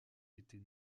était